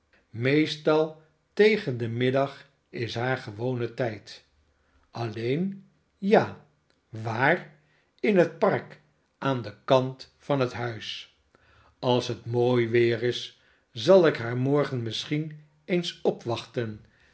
meestal tegen den middag is haar gewone tijd salleen ja waar in het park aan denkantyan het huis als het mooi weer is zal ik haar morgen misschien eens opwachten